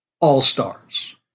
all-stars